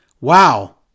Wow